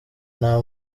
nta